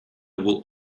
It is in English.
will